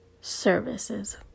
services